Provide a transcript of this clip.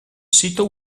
sito